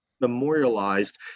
memorialized